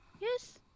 Yes